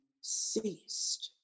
ceased